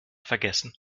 vergessen